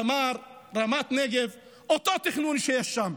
תמר, רמת נגב, אותו תכנון שיש שם,